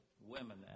women